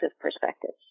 perspectives